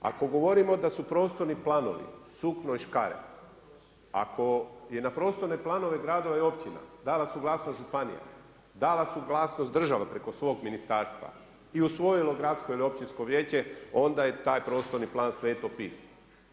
Ako govorimo da su prostorni planovi sukno i škare, ako je na prostorne planove gradova i općina dala suglasnost županija, dala suglasnost država preko svog ministarstva i usvojilo gradsko ili općinsko vijeće onda je taj prostorni plan sveto pismo.